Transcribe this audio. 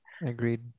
Agreed